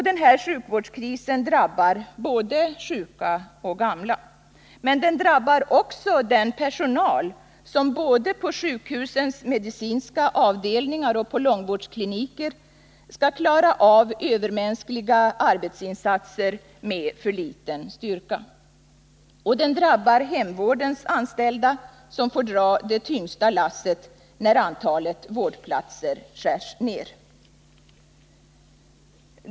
Denna sjukvårdskris drabbar både sjuka och gamla, men den drabbar också den personal som både på sjukhusens medicinska avdelningar och på långvårdskliniker skall klara av övermänskliga arbetsinsatser med för liten styrka. Vidare drabbar den hemvårdens anställda, som får dra det tyngsta lasset när antalet vårdplatser skärs ned.